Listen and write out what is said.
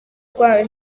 rwa